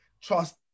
trust